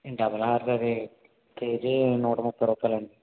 double horse అవి KG నూట ముప్పై రూపాయలు అండి